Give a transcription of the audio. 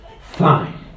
fine